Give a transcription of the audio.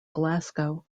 glasgow